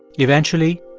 eventually,